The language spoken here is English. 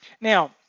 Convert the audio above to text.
Now